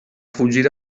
fugir